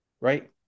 Right